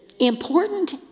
Important